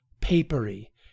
papery